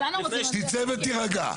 תצא ותירגע.